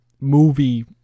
movie